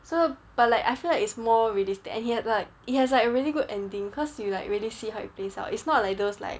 so but like I feel like it's more realistic and he had like he has like a really good ending cause you like really see how it plays out it's not like those like